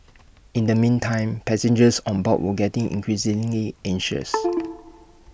in the meantime passengers on board were getting increasingly anxious